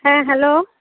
হ্যাঁ হ্যালো